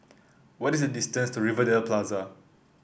what is the distance to Rivervale Plaza